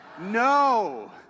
No